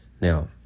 Now